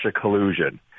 collusion